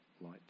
light